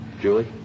Julie